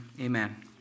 Amen